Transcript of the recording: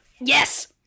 Yes